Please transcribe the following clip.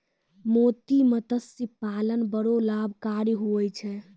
मोती मतस्य पालन बड़ो लाभकारी हुवै छै